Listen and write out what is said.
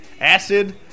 acid